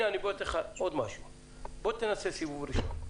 בנוסף, אני מציע ללכת לך לסיבוב ראשון.